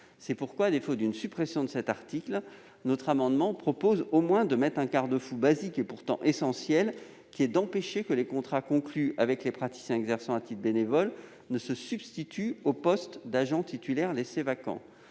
C'est pourquoi, à défaut d'une suppression de cet article, cet amendement vise à instaurer un garde-fou basique, pourtant essentiel : il s'agit d'empêcher que les contrats conclus avec les praticiens exerçant à titre bénévole ne se substituent aux postes d'agents titulaires laissés vacants.